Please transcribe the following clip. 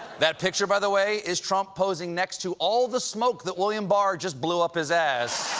that picture, by the way, is trump posing next to all the smoke that william barr just blew up his ass.